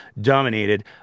dominated